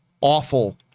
awful-